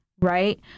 Right